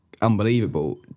unbelievable